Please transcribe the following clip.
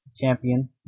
champion